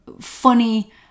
funny